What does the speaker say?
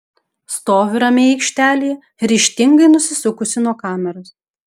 stoviu ramiai aikštelėje ryžtingai nusisukusi nuo kameros